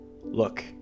Look